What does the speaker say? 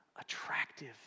attractive